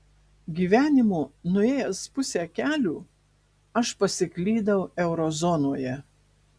gyvenimo nuėjęs pusę kelio aš pasiklydau eurozonoje